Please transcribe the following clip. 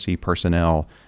personnel